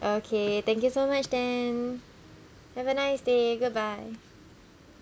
okay thank you so much then have a nice day goodbye